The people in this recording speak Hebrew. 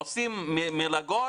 עושים מלגות,